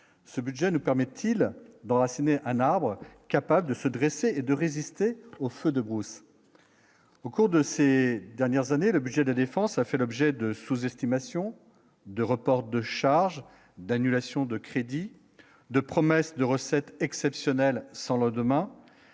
ce budget ne permet-il dans la Seine, un arbre, capable de se dresser et de résister aux feux de brousse au cours de ces dernières années: le budget de la Défense a fait l'objet de sous-estimation de reports de charges d'annulations de crédits de promesses de recettes exceptionnelles sans lendemain